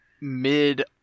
mid